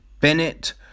Bennett